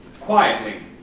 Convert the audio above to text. quietly